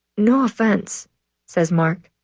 no offense says mark.